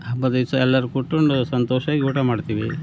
ಹಬ್ಬದ ದಿವ್ಸ ಎಲ್ಲರೂ ಕೂತ್ಕೊಂಡು ಸಂತೋಷ್ವಾಗಿ ಊಟ ಮಾಡ್ತೀವಿ